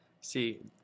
See